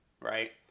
right